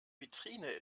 vitrine